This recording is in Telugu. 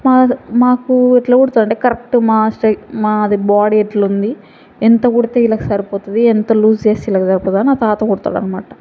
మా మాకు ఎట్లా కుడతాడు అంటే కరెక్ట్ మా స్ట్ర మాది బాడీ ఎట్లా ఉంది ఎంత కుడితే వీళ్ళకి సరిపోతుంది ఎంత లూజ్ చేస్తేవీళ్ళకి సరిపోతుందని ఆ తాత కుడతాడు అన్నమాట